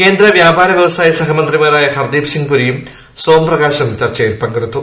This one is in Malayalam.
കേന്ദ്ര വ്യാപാര വ്യവസായ സഹമന്ത്രിമാരായ ഹർദീപ് സിങ്ങ് പുരിയും സോം പ്രകാശും ചർച്ചയിൽ പങ്കെടുത്തു